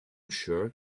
sure